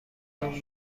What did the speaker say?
تان